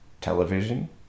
television